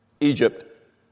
Egypt